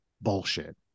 bullshit